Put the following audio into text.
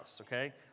okay